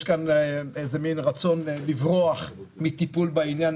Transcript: יש כאן איזה מין רצון לברוח מטיפול בעניין,